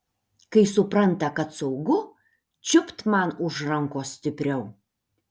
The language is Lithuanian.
kai supranta kad saugu čiupt man už rankos stipriau